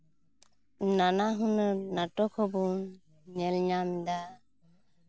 ᱱᱟᱱᱟ ᱦᱩᱱᱟᱹᱨ ᱱᱟᱴᱚᱠ ᱦᱚᱸᱵᱚᱱ ᱧᱮᱞ ᱧᱟᱢᱫᱟ